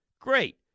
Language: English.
Great